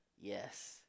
Yes